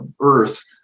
earth